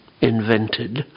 invented